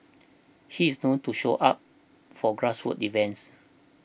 he is known to show up for grassroots event